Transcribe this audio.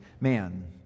man